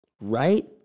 right